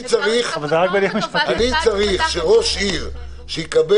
אני צריך שראש עיר שיקבל